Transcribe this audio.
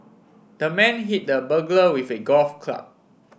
the man hit the burglar with a golf club